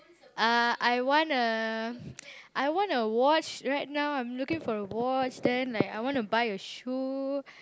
uh I want a I want a watch right now I'm looking for a watch then like I want to buy a shoe